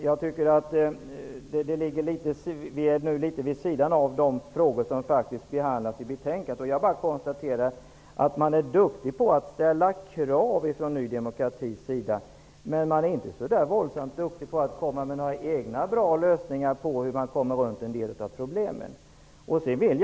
Jag tycker att den här diskussionen ligger litet vid sidan av de frågor som behandlas i betänkandet. Jag konstaterar bara att man från Ny demokrati är duktig på att ställa krav, men man är inte så våldsamt duktig på att komma med egna bra lösningar till hur problemen skall lösas.